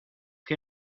que